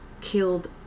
killed